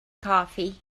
coffee